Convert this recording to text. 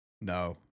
no